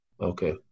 okay